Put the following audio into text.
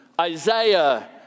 Isaiah